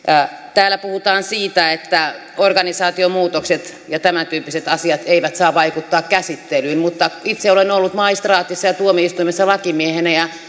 täällä puhutaan siitä että organisaatiomuutokset ja tämäntyyppiset asiat eivät saa vaikuttaa käsittelyyn mutta itse olen ollut maistraatissa ja tuomioistuimessa lakimiehenä ja